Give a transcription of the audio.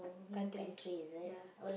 country ya